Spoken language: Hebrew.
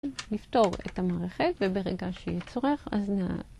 נפתור את המערכת, וברגע שיהיה צורך, אז...